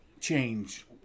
change